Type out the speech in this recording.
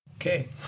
Okay